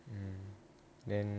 then